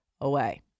away